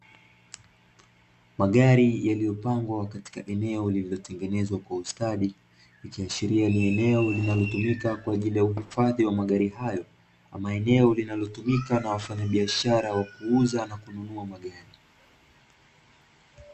Magari yaliyopangwa katika eneo lililotengenezwa kwa ustadi, likiashiria ni eneo linalotumika kwa ajili ya uhifadhi wa magari hayo, ama eneo linalotumika na wafanyabiashara wa kuuza na kununua magari.